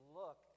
look